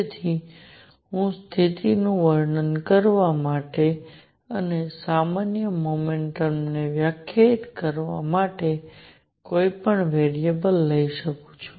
તેથી હું સ્થિતિનું વર્ણન કરવા અને સામાન્ય મોમેન્ટમને વ્યાખ્યાયિત કરવા માટે કોઈપણ વેરીએબલ લઈ શકું છું